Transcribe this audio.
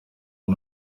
ari